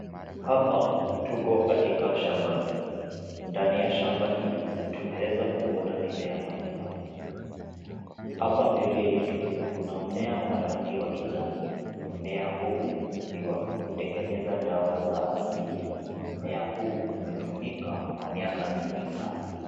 Hapa tuko katika shambani, ndani ya shamba hii tunaweza kuona mimea mbalimbali. Hapa mbele yetu kuna mmea wa rangi wa kijani. Mmea huu ni wa kutengeneza dawa za asili. Mmea huu umetumika kwa miaka mingi sana.